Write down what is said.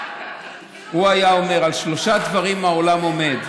"הוא היה אומר, על שלושה דברים העולם עומד,